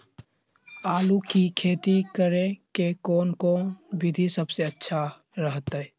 आलू की खेती करें के कौन कौन विधि सबसे अच्छा रहतय?